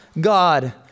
God